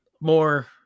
more